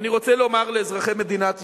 אני רוצה לומר לאזרחי מדינת ישראל: